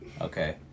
Okay